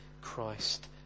Christ